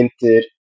Inter